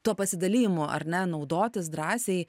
tuo pasidalijimu ar ne naudotis drąsiai